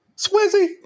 Swizzy